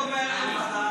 הוא אומר חל"ת,